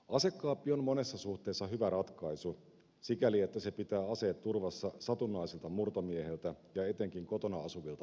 asekaappi on monessa suhteessa hyvä ratkaisu sikäli että se pitää aseet turvassa satunnaiselta murtomieheltä ja etenkin kotona asuvilta lapsilta